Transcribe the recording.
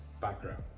background